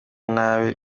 nabi